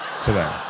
today